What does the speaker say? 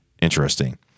interesting